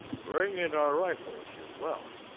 bring in our rifles as well.